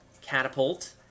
Catapult